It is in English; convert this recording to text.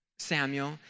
Samuel